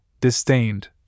disdained